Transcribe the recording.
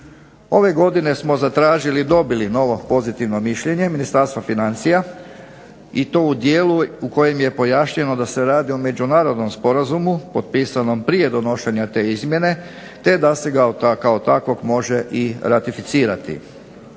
Ove godine smo zatražili i dobili novo pozitivno mišljenje Ministarstva financija i to u dijelu u kojem je pojašnjeno da se radi o međunarodnom sporazumu potpisanom prije donošenja te izmjene te da se ga kao takvog može i ratificirati.